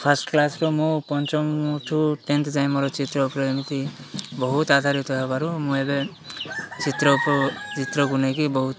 first କ୍ଲାସରୁ ମୁଁ ପଞ୍ଚମଠୁ ଟେନ୍ଥ ଯାଏ ମୋର ଚିତ୍ର ଉପରେ ଏମିତି ବହୁତ ଆଧାରିତ ହେବାରୁ ମୁଁ ଏବେ ଚିତ୍ର କୁ ଚିତ୍ରକୁ ନେଇକି ବହୁତ